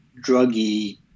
druggy